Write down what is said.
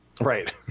Right